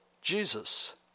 Jesus